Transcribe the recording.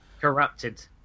corrupted